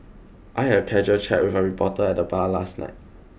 I had a casual chat with a reporter at the bar last night